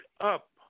up